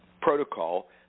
protocol